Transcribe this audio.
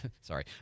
sorry